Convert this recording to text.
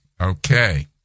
Okay